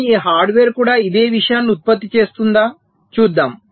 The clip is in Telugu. కానీ ఈ హార్డ్వేర్ కూడా ఇదే విషయాన్ని ఉత్పత్తి చేస్తుందాచూద్దాం